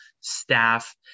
staff